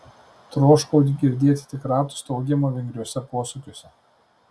troškau girdėti tik ratų staugimą vingriuose posūkiuose